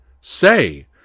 say